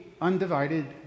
undivided